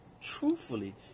Truthfully